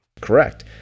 Correct